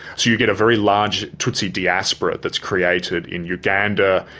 so you get a very large tutsi diaspora that's created in uganda,